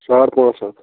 ساڑ پانٛژ ہَتھ